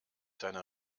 seine